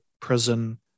prison